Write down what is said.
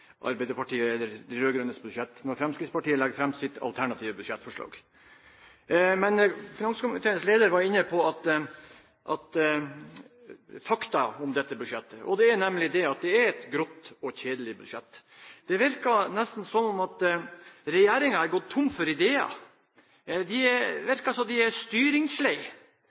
eller de rød-grønnes – budsjett når Fremskrittspartiet legger fram sitt alternative budsjettforslag. Finanskomiteens leder var inne på fakta om dette budsjettet, og det er nemlig at det er et grått og kjedelig budsjett. Det virker nesten som om regjeringen har gått tom for ideer. Det virker som om de er